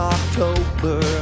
October